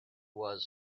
was